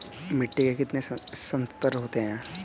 मिट्टी के कितने संस्तर होते हैं?